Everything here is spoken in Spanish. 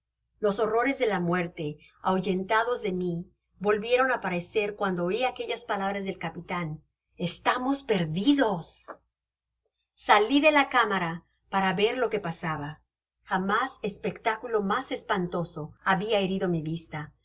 loa horrores de la muerte ahuyentados de mi volvieron á aparecer cuando oi aquellas palabras del capitan estamos perdidos sali de la cámara para ver lo que pasaba jamás espectáculo mas espantoso habia herido mi vista